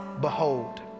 Behold